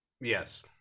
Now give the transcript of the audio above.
yes